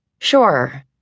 Sure